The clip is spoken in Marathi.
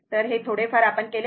तर हे थोडे फार आपण केले